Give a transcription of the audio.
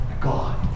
God